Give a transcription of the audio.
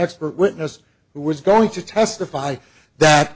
expert witness who was going to testify that